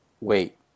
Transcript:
wait